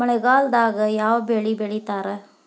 ಮಳೆಗಾಲದಾಗ ಯಾವ ಬೆಳಿ ಬೆಳಿತಾರ?